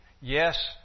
Yes